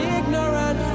ignorant